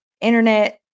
internet